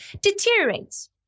deteriorates